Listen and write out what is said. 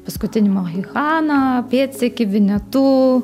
paskutinį mohikaną pėdsekį vinetu